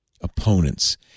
opponents